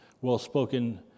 well-spoken